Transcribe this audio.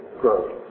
Growth